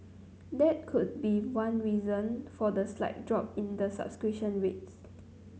that could be one reason for the slight drop in the subscription rates